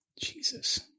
Jesus